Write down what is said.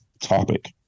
topic